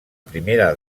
primera